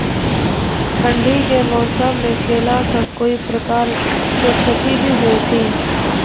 ठंडी के मौसम मे केला का कोई प्रकार के क्षति भी हुई थी?